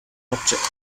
objects